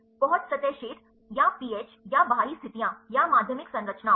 पहुंच सतह क्षेत्र या पीएचया बाहरी स्थितियों या माध्यमिक संरचनाओं